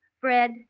Fred